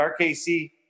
RKC